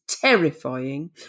terrifying